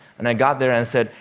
and i got there and said,